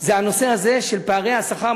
זה הנושא הזה של פערי השכר,